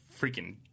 freaking